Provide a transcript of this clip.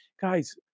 guys